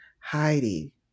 Heidi